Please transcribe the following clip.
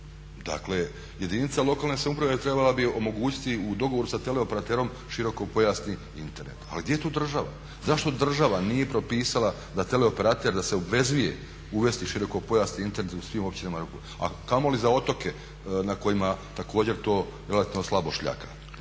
Dakle jedinice lokalne samouprave trebala bi omogućiti sa teleoperaterom širokopojasni Internet. Ali gdje je tu država? Zašto država nije propisala da teleoperater da se obvezuje uvesti širokopojasni Internet u svim općinama, a kamoli za otoke na kojima također to relativno slabo šljaka.